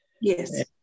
Yes